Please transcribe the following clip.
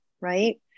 Right